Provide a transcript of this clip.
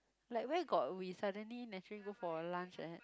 like where got we suddenly naturally go for lunch like that